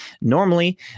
normally